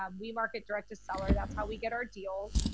um we market direct to seller. that's how we get our deals.